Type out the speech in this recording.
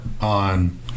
on